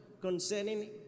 concerning